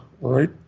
right